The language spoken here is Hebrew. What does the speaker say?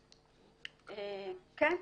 כן.